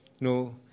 No